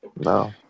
No